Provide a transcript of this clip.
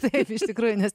taip iš tikrųjų nes